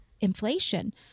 inflation